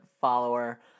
follower